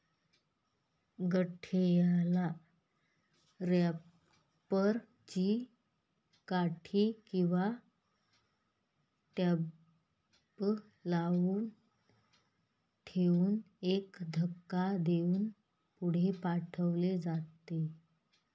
गठ्ठ्याला रॅपर ची काठी किंवा टेबलावर ठेवून एक धक्का देऊन पुढे पाठवले जाते